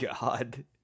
God